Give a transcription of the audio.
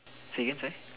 say again sorry